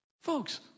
Folks